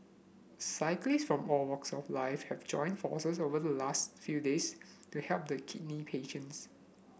cyclists from all walks of life have joined forces over the last few days to help the kidney patients